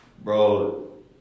Bro